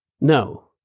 No